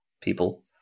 people